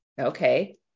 Okay